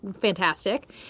fantastic